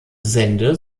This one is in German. sende